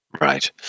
Right